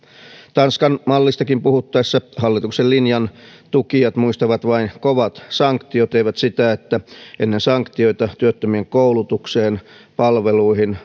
tanskan mallistakin puhuttaessa hallituksen linjan tukijat muistavat vain kovat sanktiot eivät sitä että ennen sanktioita työttömien koulutukseen palveluihin